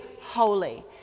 holy